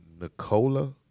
Nicola